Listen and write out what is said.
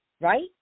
Right